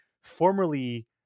formerly